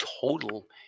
total